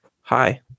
hi